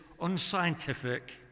unscientific